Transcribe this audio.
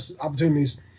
opportunities